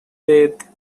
death